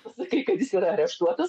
pasakai kad jis yra areštuotas